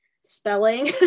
spelling